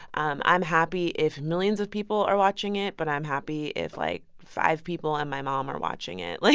i'm i'm happy if millions of people are watching it. but i'm happy if like five people and my mom are watching it. like